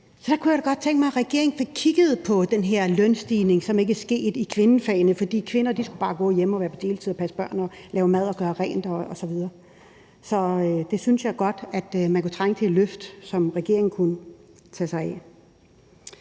her med tjenestemandslønninger osv. – at regeringen fik kigget på den her lønstigning, som ikke er sket i kvindefagene, fordi kvinder bare skulle gå hjemme og være på deltid og passe børn og lave mad og gøre rent osv. Så der synes jeg godt, at man kunne trænge til et løft, som regeringen kunne tage sig af.